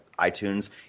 iTunes